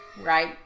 Right